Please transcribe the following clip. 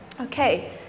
Okay